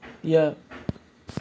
ya